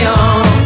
on